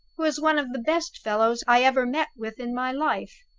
who is one of the best fellows i ever met with in my life.